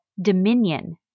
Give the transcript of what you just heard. dominion